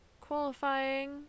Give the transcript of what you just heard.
qualifying